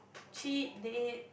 cheat day